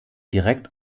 direkt